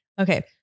Okay